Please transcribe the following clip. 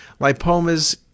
Lipomas